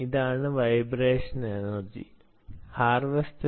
ഇതാണ് vibration energy harvester